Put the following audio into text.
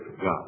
God